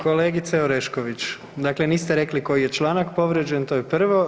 Kolegice Orešković, dakle niste rekli koji je članak povrijeđen, to je prvo.